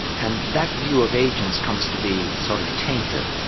and that view of agents comes to be sort of tainted.